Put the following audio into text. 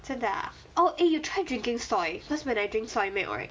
真的 ah oh eh you try drinking soy cause when I drink soy milk right